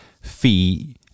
fee